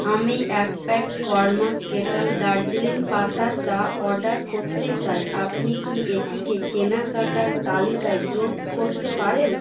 আমি এক pack Karma Kettle Darjeeling পাতা চা অর্ডার করতে চাই আপনি কি এটিকে কেনাকাটার তালিকায় যোগ করতে পারেন